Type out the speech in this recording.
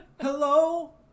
Hello